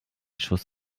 schuss